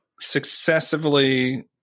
successively